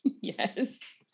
Yes